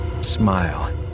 smile